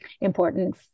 important